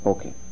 Okay